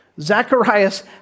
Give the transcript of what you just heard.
Zacharias